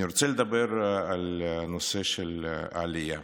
אני רוצה לדבר על נושא העלייה.